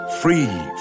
Free